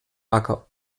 acker